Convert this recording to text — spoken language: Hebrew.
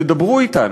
תדברו אתנו.